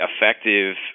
effective